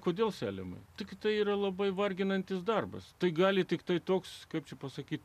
kodėl selemai tik tai yra labai varginantis darbas tai gali tiktai toks kaip čia pasakyti